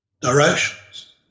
directions